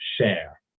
share